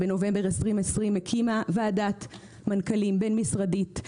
הקימה בנובמבר 2020 ועדת מנכ"לים בין-משרדית,